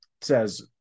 says